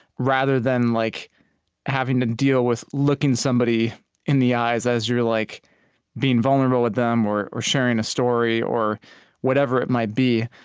rather than like having to deal with looking somebody in the eyes as you're like being being vulnerable with them or or sharing a story or whatever it might be.